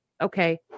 Okay